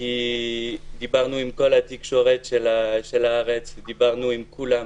כי דיברנו עם כל התקשורת בארץ, דיברנו עם כולם.